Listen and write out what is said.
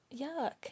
Yuck